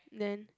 then